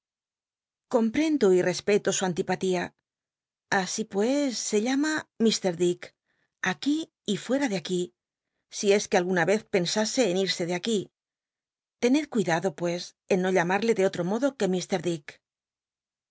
comprendo y i'cspeto su antipatía así pues c llama m dick aquí y fuer'a ele aq uí si es que alguna vez pensase en irse de aquí tened cuidado pues en no llamarle de otro modo qu